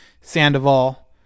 Sandoval